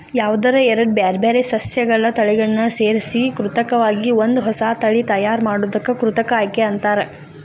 ಯಾವದರ ಎರಡ್ ಬ್ಯಾರ್ಬ್ಯಾರೇ ಸಸ್ಯಗಳ ತಳಿಗಳನ್ನ ಸೇರ್ಸಿ ಕೃತಕವಾಗಿ ಒಂದ ಹೊಸಾ ತಳಿ ತಯಾರ್ ಮಾಡೋದಕ್ಕ ಕೃತಕ ಆಯ್ಕೆ ಅಂತಾರ